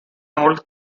all